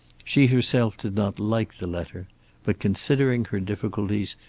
she herself did not like the letter but, considering her difficulties,